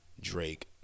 Drake